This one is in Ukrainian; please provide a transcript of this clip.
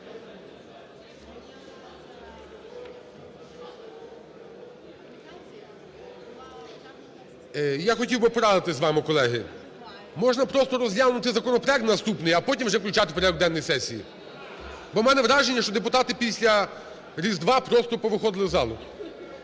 Я хотів би порадитися з вами, колеги. Можна просто розглянути законопроект наступний, а потім вже включати в порядок денний сесії, бо в мене враження, що депутати після Різдва просто повиходили з залу.